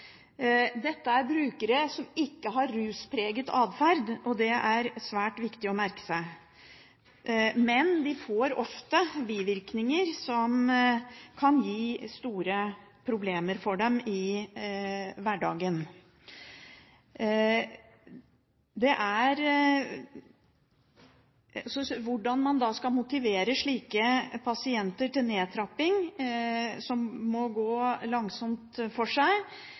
dette er brukere som ikke har ruspreget adferd – det er det svært viktig å merke seg – men de får ofte bivirkninger som kan gi dem store problemer i hverdagen. Så hvordan leger kan motivere slike pasienter til nedtrapping – som må gå langsomt for seg